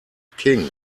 king